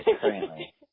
currently